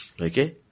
Okay